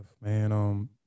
Man